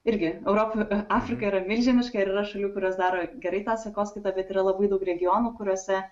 irgi europa afrika yra milžiniška ir yra šalių kurios daro gerai tą sekoskaitą bet yra labai daug regionų kuriuose